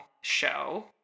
show